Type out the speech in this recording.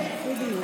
כן, בדיוק.